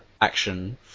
Action